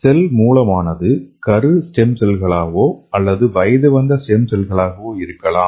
செல் மூலமானது கரு ஸ்டெம் செல்களாகவோ அல்லது வயது வந்த ஸ்டெம் செல்களாகவோ இருக்கலாம்